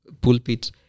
pulpit